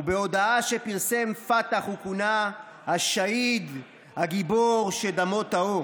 ובהודעה שפרסם פת"ח הוא כונה :השהיד הגיבור שדמו טהור".